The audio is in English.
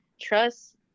trust